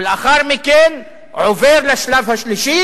ולאחר מכן עובר לשלב השלישי,